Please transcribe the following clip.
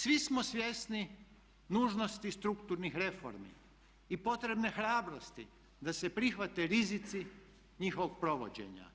Svi smo svjesni nužnosti strukturnih reformi i potrebne hrabrosti da se prihvate rizici njihovog provođenja,